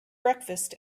breakfast